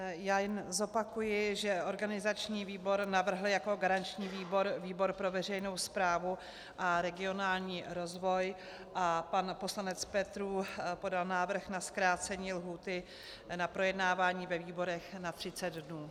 Já jen zopakuji, že organizační výbor navrhl jako garanční výbor výbor pro veřejnou správu a regionální rozvoj a pan poslanec Petrů podal návrh na zkrácení lhůty na projednávání ve výborech na 30 dnů.